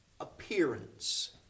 appearance